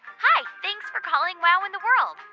hi. thanks for calling wow in the world.